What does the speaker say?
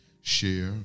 share